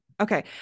Okay